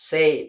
Say